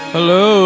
Hello